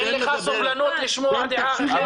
אין לך סובלנות לשמוע דעה אחרת?